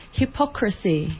hypocrisy